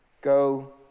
go